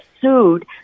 sued